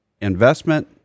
investment